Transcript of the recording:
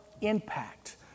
impact